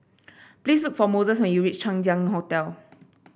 please look for Moses when you reach Chang Ziang Hotel